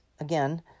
again